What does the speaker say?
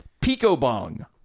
Pico-Bong